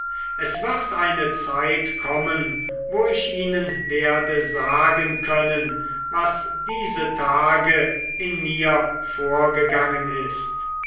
es wird eine zeit kommen wo ich ihnen werde sagen können was diese tage in mir vorgegangen ist